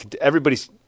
everybody's